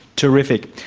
terrific.